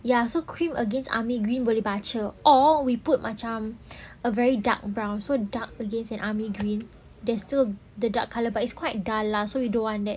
ya so cream against army green boleh baca or we put macam a very dark brown so dark against and army green there's still the dark colour but it's quite dull lah so we don't want that